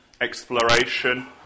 Exploration